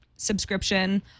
subscription